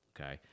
Okay